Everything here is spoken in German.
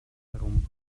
herum